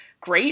great